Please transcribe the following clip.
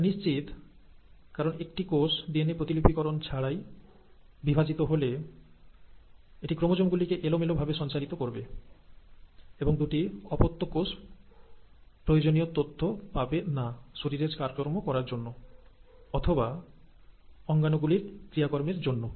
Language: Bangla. এটা নিশ্চিত কারণ একটি কোষ ডিএনএ প্রতিলিপি করণ ছাড়াই বিভাজিত হলে এটি ক্রোমোজোম গুলিকে এলোমেলো ভাবে সঞ্চারিত করবে এবং দুটি অপত্য কোষ প্রয়োজনীয় তথ্য পাবে না শরীরের কাজকর্ম করার জন্য অথবাঅঙ্গাণু গুলির ক্রিয়াকর্মের জন্য